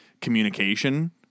communication